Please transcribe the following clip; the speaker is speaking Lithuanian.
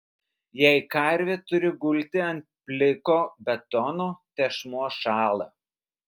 jei karvė turi gulti ant pliko betono tešmuo šąla